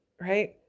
right